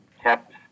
Kept